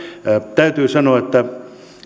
täytyy sanoa että